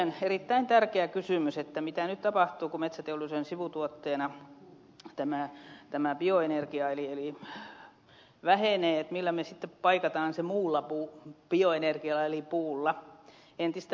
tynkkysen erittäin tärkeä kysymys siitä mitä nyt tapahtuu kun metsäteollisuuden sivutuotteena bioenergia vähenee eli millä me sitten paikkaamme sen muulla bioenergialla puulla entistä enemmän